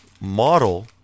model